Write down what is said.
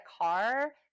car